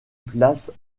place